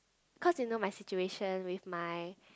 cause you know my situation with my